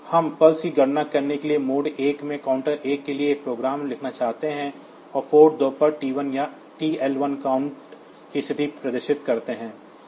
हम पल्स की गणना करने के लिए मोड 1 में काउंटर 1 के लिए एक प्रोग्राम लिखना चाहते हैं और पोर्ट 2 पर T1 या TL1 काउंट की स्थिति प्रदर्शित करते हैं